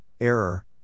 error